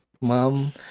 mom